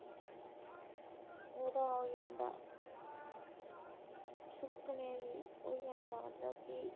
बस्सें इच रश ओह्दे कारण होंदा की के बहुत जादै लोक आंदे इत्थै बहुत जादै लोक औंदे इत्थै